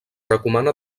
recomana